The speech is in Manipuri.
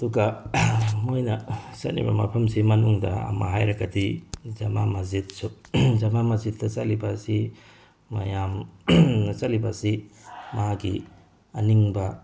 ꯑꯗꯨꯒ ꯃꯣꯏꯅ ꯆꯠꯂꯤꯕ ꯃꯐꯝꯁꯤ ꯃꯅꯨꯡꯗ ꯑꯃ ꯍꯥꯏꯔꯒꯗꯤ ꯖꯃꯥ ꯃꯁꯖꯤꯠꯁꯨ ꯖꯃꯥ ꯃꯁꯖꯤꯠꯇ ꯆꯠꯂꯤꯕ ꯑꯁꯤ ꯃꯌꯥꯝ ꯆꯠꯂꯤꯕ ꯑꯁꯤ ꯃꯥꯒꯤ ꯑꯅꯤꯡꯕ